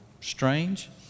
strange